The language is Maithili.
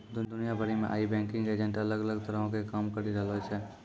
दुनिया भरि मे आइ बैंकिंग एजेंट अलग अलग तरहो के काम करि रहलो छै